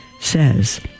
says